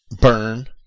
Burn